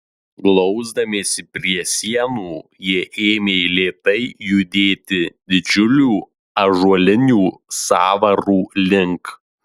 glausdamiesi prie sienų jie ėmė lėtai judėti didžiulių ąžuolinių sąvarų link